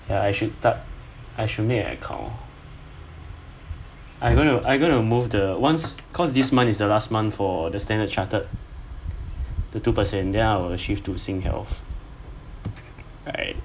ya I should start I should make a account I gonna I gonna move the once cause this month is the last month for the standard charted the two percent then I'll switch to singhealth right